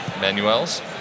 Manuel's